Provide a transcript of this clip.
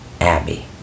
Abby